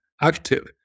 active